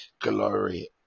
glory